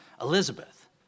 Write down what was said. Elizabeth